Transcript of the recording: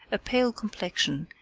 a pale complexion,